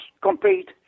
compete